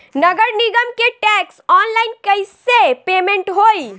नगर निगम के टैक्स ऑनलाइन कईसे पेमेंट होई?